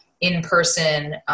in-person